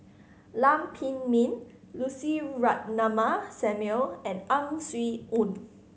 Lam Pin Min Lucy Ratnammah Samuel and Ang Swee Aun